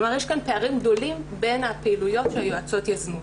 כלומר יש פערים גדולים בין הפעילויות שהיועצות יזמו.